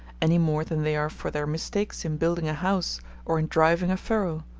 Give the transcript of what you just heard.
any more than they are for their mistakes in building a house or in driving a furrow.